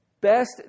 best